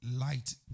light